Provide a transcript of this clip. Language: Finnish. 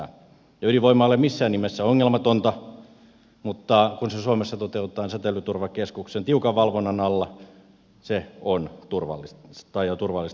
ydinvoima ei ole missään nimessä ongelmatonta mutta kun se suomessa toteutetaan säteilyturvakeskuksen tiukan valvonnan alla se on turvallista ja turvallisesti toteutettavissa